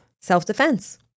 Self-defense